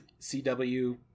CW